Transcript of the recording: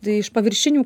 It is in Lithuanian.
tai iš paviršinių